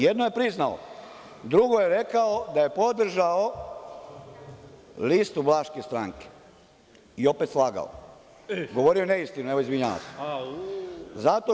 Jedno je priznao, a drugo je rekao da je podržao listu Vlaške stranke i opet slagao, tj. govorio neistinu, izvinjavam se.